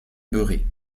beurré